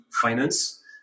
finance